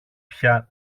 πια